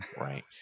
Right